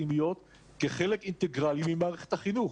הפנימיות כחלק אינטגרלי ממערכת החינוך.